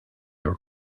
were